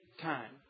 time